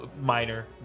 minor